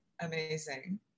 amazing